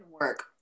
work